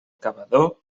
cavador